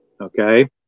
Okay